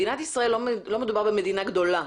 מדינת ישראל היא לא מדינה גדולה.